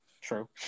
True